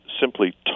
simply